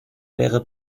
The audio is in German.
wäre